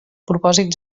propòsit